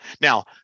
Now